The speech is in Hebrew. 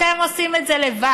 אתם עושים את זה לבד.